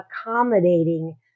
accommodating